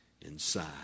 inside